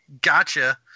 gotcha